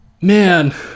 man